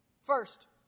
First